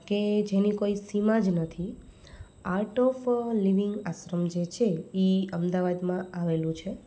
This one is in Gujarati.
કે જેની કોઈ સીમા જ નથી art of art of living આશ્રમ જે છે એ અમદાવાદમાં આવેલું છે